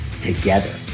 together